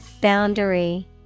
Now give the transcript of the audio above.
Boundary